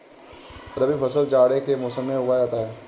रबी फसल जाड़े के मौसम में उगाया जाता है